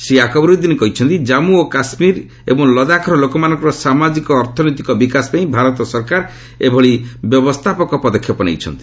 ଶ୍ରୀ ଆକବରୁଦ୍ଦିନ୍ କହିଛନ୍ତି ଜମ୍ମୁ ଓ କାଶ୍ମୀର ଓ ଲଦାଖ୍ର ଲୋକମାନଙ୍କର ସାମାଜିକ ଅର୍ଥନୈତିକ ବିକାଶ ପାଇଁ ଭାରତ ସରକାର ଏଭଳି ବ୍ୟବସ୍ଥାପକ ପଦକ୍ଷେପ ନେଇଛନ୍ତି